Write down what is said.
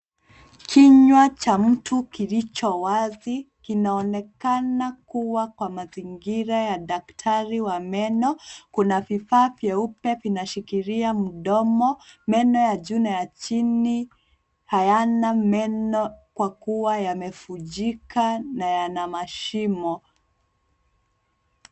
Kinywa cha mtu kilicho wazi kinaonekana kuwa kwa mazingira ya daktari wa meno. Kuna vifaa vyeupe vinashikilia mdomo. Meno ya juu na chini hayana meno kwa kuwa yamevunjika na yana mashimo.